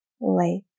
lake